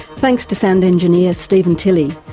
thanks to sound engineer stephen tilley,